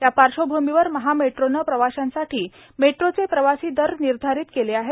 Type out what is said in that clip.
या पार्श्वभूमीवर महा मेट्रोनं प्रवाश्यांसाठी मेट्रोचे प्रवासी दर निर्धारित केले आहेत